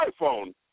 iPhone